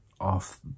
off